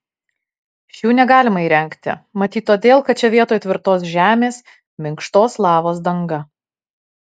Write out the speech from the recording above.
šių negalima įrengti matyt todėl kad čia vietoj tvirtos žemės minkštos lavos danga